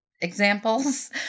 examples